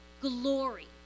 glory